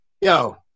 yo